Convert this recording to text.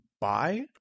buy